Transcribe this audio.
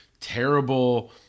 terrible